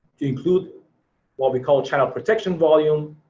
to include what we call child protection volume,